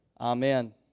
Amen